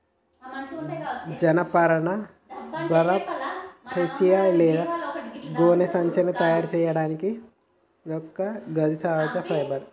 జనపనార burlap, hessian లేదా గోనె సంచులను తయారు సేయడానికి వాడే ఒక మొక్క గిది సహజ ఫైబర్